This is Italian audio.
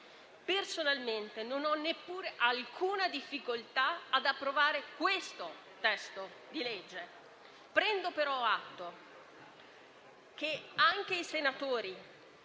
Personalmente non ho neppure alcuna difficoltà ad approvare questo testo di legge. Prendo però atto che anche i senatori